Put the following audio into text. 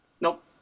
Nope